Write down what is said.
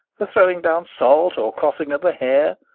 the throwing down salt, or crossing of a hare,